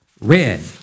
red